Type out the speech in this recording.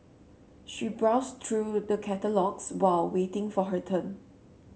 she browsed through the catalogues while waiting for her turn